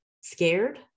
scared